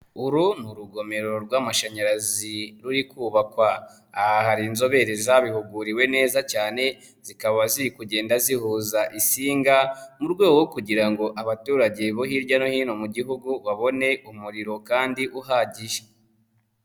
Uru ni urugomero rw'amashanyarazi ruri kubakwa, aha hari inzobere zabihuguriwe neza cyane zikaba ziri kugenda zihuza insinga mu rwego rwo kugira ngo abaturage bo hirya no hino mu gihugu babone umuriro kandi uhagije.